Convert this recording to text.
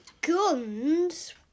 guns